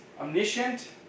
omniscient